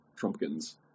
Trumpkins